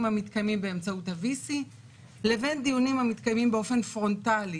המתקיימים באמצעות ה-VC לבין דיונים המתקיימים באופן פרונטלי,